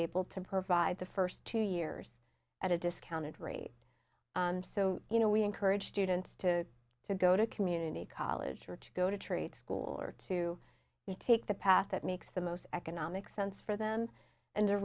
able to provide the first two years at a discounted rate so you know we encourage students to to go to community college or to go to treat school or to take the path that makes the most economic sense for them and t